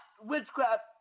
Witchcraft